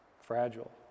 fragile